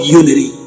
unity